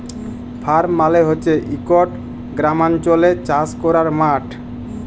farm মালে হছে ইকট গেরামাল্চলে চাষ ক্যরার মাঠ